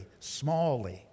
smallly